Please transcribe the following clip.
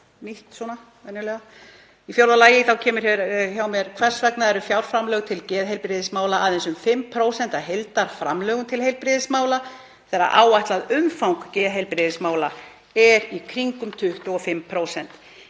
á aðstoð að halda. Í fjórða lagi kemur hér hjá mér: Hvers vegna eru fjárframlög til geðheilbrigðismála aðeins um 5% af heildarframlögum til heilbrigðismála þegar áætlað umfang geðheilbrigðismála er í kringum 25%?